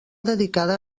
dedicada